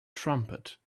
trumpet